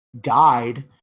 died